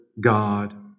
God